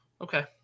Okay